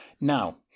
Now